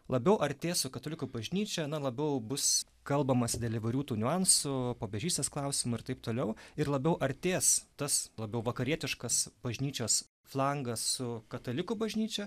labiau artės su katalikų bažnyčia na labiau bus kalbamasi dėl įvairių tų niuansų popiežystės klausimų ir taip toliau ir labiau artės tas labiau vakarietiškas bažnyčios flangas su katalikų bažnyčia